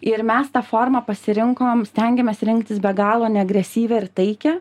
ir mes tą formą pasirinkom stengėmės rinktis be galo neagresyvią ir taikią